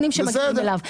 הטייקונים שמגיעים אליו.